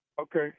Okay